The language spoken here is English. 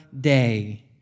day